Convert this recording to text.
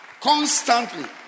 Constantly